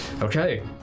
Okay